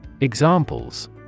Examples